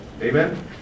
Amen